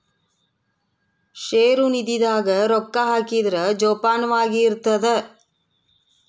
ಷೇರು ನಿಧಿ ದಾಗ ರೊಕ್ಕ ಹಾಕಿದ್ರ ಜೋಪಾನವಾಗಿ ಇರ್ತದ